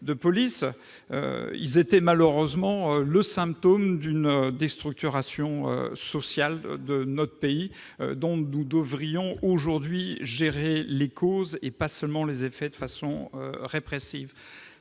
de police. Ils sont malheureusement le symptôme d'une déstructuration sociale de notre pays, dont nous devrions aujourd'hui gérer les causes, et pas seulement les effets de façon répressive.